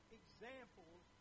examples